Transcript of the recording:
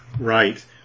Right